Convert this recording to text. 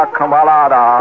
Kamalada